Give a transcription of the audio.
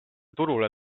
turule